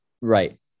right